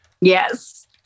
Yes